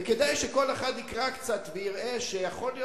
וכדאי שכל אחד יקרא קצת ויראה שיכול להיות